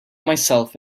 myself